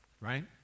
Right